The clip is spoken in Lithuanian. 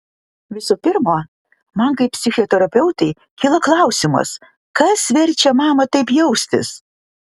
visų pirma man kaip psichoterapeutei kyla klausimas kas verčia mamą taip jaustis